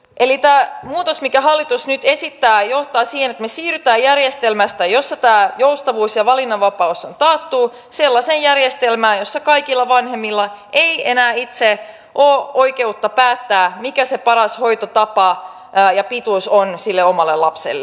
tämä muutos minkä hallitus nyt esittää johtaa siihen että me siirrymme järjestelmästä jossa tämä joustavuus ja valinnanvapaus on taattu sellaiseen järjestelmään jossa kaikilla vanhemmilla ei enää itse ole oikeutta päättää mikä se paras hoitotapa ja pituus on omalle lapselle